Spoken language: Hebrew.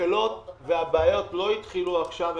התקלות והבעיות לא התחילו עכשיו,